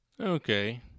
Okay